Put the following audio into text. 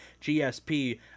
GSP